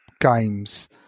games